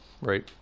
right